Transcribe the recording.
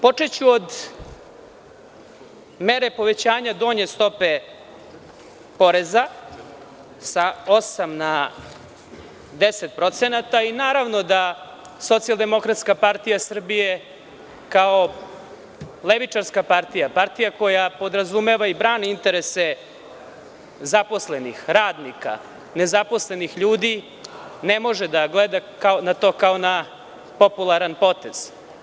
Počeću od mera povećanja donje stope poreza sa 8% na 10% i naravno da SDPS kao levičarska partija, partija koja podrazumeva i brani interese zaposlenih, radnika, nezaposlenih ljudi ne može da gleda na to kao na popularan potez.